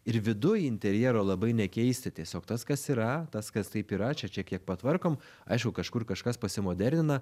ir viduj interjero labai nekeisti tiesiog tas kas yra tas kas taip yra čia šiek kiek patvarkom aišku kažkur kažkas pasimodernina